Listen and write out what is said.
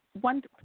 one